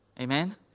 Amen